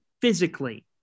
physically